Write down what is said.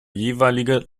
jeweilige